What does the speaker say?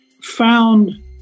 found